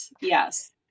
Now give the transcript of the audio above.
Yes